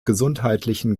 gesundheitlichen